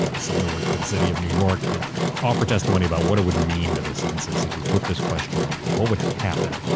ah someone who works for the city of new york, that offered testimony about what it would mean to the census if you put this question on. what would happen?